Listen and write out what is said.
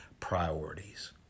Priorities